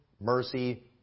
mercy